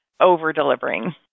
over-delivering